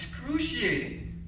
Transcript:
excruciating